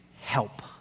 help